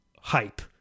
hype